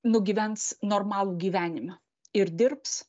nugyvens normalų gyvenimą ir dirbs